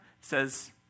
says